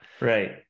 Right